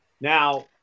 Now